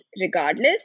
regardless